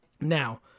Now